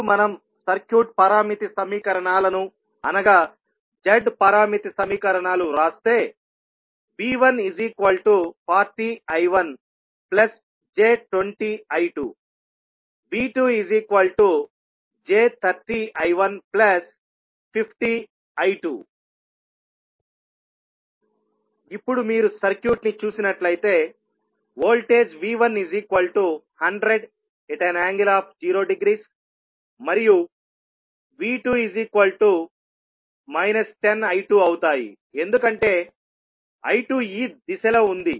ఇప్పుడు మనం సర్క్యూట్ పారామితి సమీకరణాలను అనగా Z పారామితి సమీకరణాలు వ్రాస్తే V140I1j20I2 V2j30I150I2 ఇప్పుడుమీరు సర్క్యూట్ ని చూసినట్లయితే వోల్టేజ్ V1100∠0° మరియు V2 10I2 అవుతాయి ఎందుకంటే I2 ఈ దిశలో ఉంది